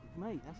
mate